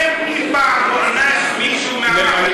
האם אי-פעם הוענש מישהו מהמערכת?